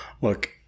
Look